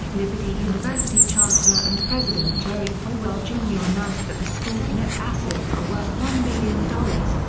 liberty university chancellor and president jerry falwell jr announced that the school's net assets are worth one billion dollars,